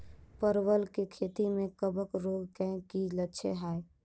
परवल केँ खेती मे कवक रोग केँ की लक्षण हाय?